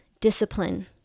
discipline